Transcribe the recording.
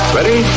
Ready